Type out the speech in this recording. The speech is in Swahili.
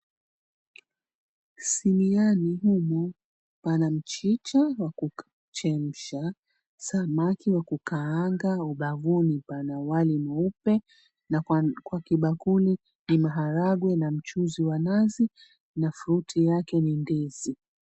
Siniani humo, pana mchicha wa kuchemsha, samaki wa kukaanga ubavuni pana wali mweupe na kwa kwa kibakuli ni maharagwe na mchuzi wa nazi na fruti yake ni ndizi.